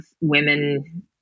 women